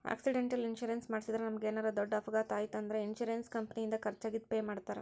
accidental insurance ಮಾಡಿಸಿದ್ರ ನಮಗೇನರ ದೊಡ್ಡ ಅಪಘಾತ ಆಯ್ತ್ ಅಂದ್ರ ಇನ್ಶೂರೆನ್ಸ್ ಕಂಪನಿಯಿಂದ ಖರ್ಚಾಗಿದ್ ಪೆ ಮಾಡ್ತಾರಾ